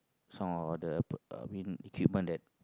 some of the uh win equipment that